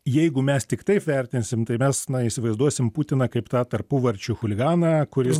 jeigu mes tik taip vertinsim tai mes na įsivaizduosim putiną kaip tą tarpuvarčių chuliganą kuris